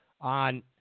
on